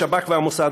השב"כ והמוסד.